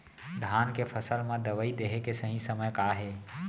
धान के फसल मा दवई देहे के सही समय का हे?